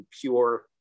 pure